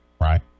right